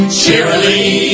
cheerily